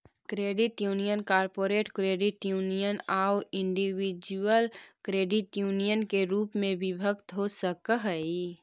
credit union corporate credit union आउ individual credit union के रूप में विभक्त हो सकऽ हइ